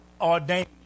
ordained